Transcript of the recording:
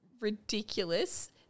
ridiculous